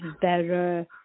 better